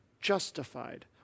justified